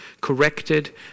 corrected